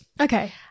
okay